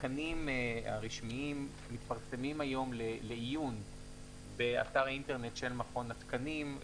התקנים הרשמיים מתפרסמים היום לעיון באתר אינטרנט של מכון התקנים.